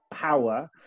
power